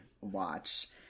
watch